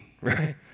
right